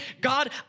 God